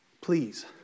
Please